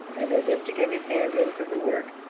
and as if to get his hand in for the work,